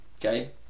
okay